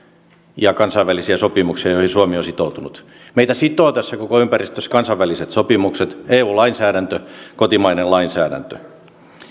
ja kansainvälisiä sopimuksia joihin suomi on sitoutunut meitä sitovat tässä koko ympäristössä kansainväliset sopimukset eu lainsäädäntö kotimainen lainsäädäntö